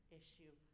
issue